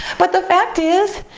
but the fact is,